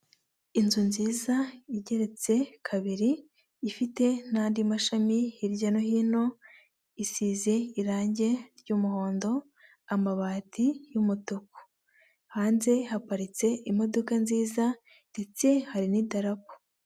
Inzu nziza igeretse kabiri, ifite n'andi mashami hirya no hino, isize irange ry'umuhondo, amabati y'umutuku. Hanze haparitse imodoka nziza ndetse hari n'idarapo.